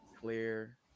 Clear